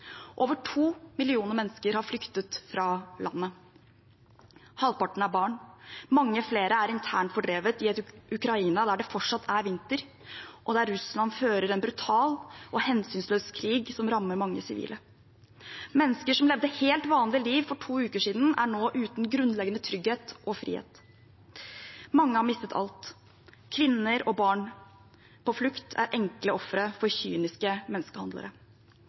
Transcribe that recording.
Over to millioner mennesker har flyktet fra landet. Halvparten er barn. Mange flere er internt fordrevet i et Ukraina der det fortsatt er vinter, og der Russland fører en brutal og hensynsløs krig som rammer mange sivile. Mennesker som levde et helt vanlig liv for to uker siden, er nå uten grunnleggende trygghet og frihet. Mange har mistet alt. Kvinner og barn på flukt er enkle ofre for kyniske menneskehandlere.